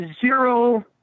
zero